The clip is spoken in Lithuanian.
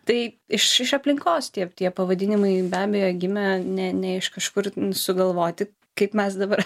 tai iš aplinkos tie tie pavadinimai be abejo gimė ne ne iš kažkur sugalvoti kaip mes dabar